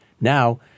Now